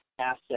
asset